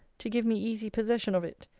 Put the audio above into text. to give me easy possession of it,